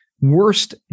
worst